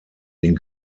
den